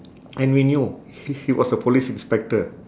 and we knew he he was a police inspector